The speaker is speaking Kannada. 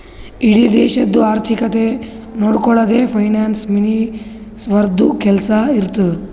ಇಡೀ ದೇಶದು ಆರ್ಥಿಕತೆ ನೊಡ್ಕೊಳದೆ ಫೈನಾನ್ಸ್ ಮಿನಿಸ್ಟರ್ದು ಕೆಲ್ಸಾ ಇರ್ತುದ್